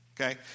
Okay